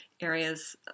areas